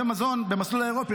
המייבא מזון במסלול האירופאי.